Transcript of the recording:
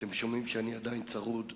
אתם שומעים שאני עדיין צרוד,